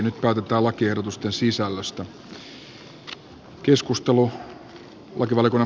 nyt päätetään lakiehdotusten sisällöstä